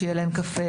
שיהיה להם קפה,